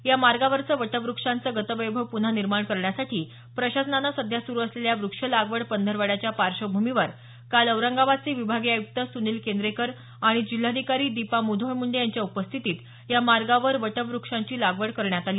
यामार्गावरचं वटवक्षांचं गतवैभव पुन्हा निर्माण करण्यासाठी प्रशासनानं सध्या सुरू असलेल्या वृक्ष लागवड पंधरवाड्याच्या पार्श्वभूमीवर काल औरंगाबादचे विभागीय आयुक्त सुनील केंद्रेकर आणि जिल्हाधिकारी दीपा मुधोळ मुंडे यांच्या उपस्थितीत या मार्गावर वटव्रक्षांची लागवड करण्यात आली